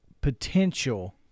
potential